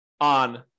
on